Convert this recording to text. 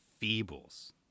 feebles